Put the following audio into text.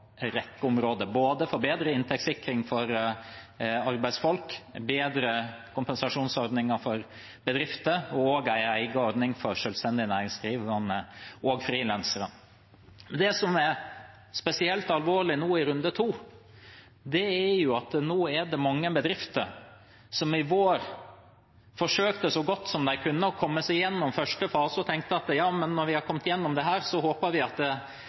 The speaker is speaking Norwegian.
en rekke områder – både bedre inntektssikring for arbeidsfolk, bedre kompensasjonsordninger for bedrifter og en egen ordning for selvstendig næringsdrivende og frilansere. Det som er spesielt alvorlig nå i runde to, er at mange bedrifter i vår forsøkte så godt de kunne å komme seg gjennom første fase og tenkte at når vi har kommet gjennom dette, håper vi at det